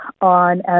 on